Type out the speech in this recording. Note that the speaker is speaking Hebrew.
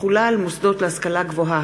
תחולה על מוסדות להשכלה גבוהה),